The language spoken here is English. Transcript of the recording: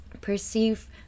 perceive